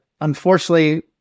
unfortunately